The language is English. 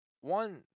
one